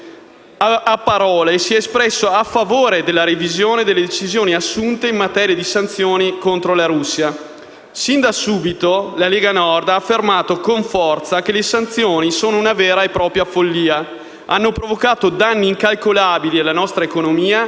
a parole, a favore della revisione delle decisioni assunte in materia di sanzioni contro la Russia. Fin dal primo momento la Lega Nord ha affermato con forza che le sanzioni sono una vera e propria follia, hanno provocato danni incalcolabili alla nostra economia